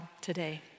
today